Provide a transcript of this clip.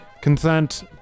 consent